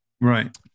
Right